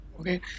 okay